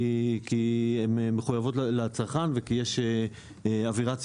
כי הם מחויבות לצרכן וכי יש אווירה ציבורית.